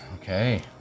okay